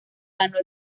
ganó